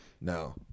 No